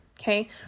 okay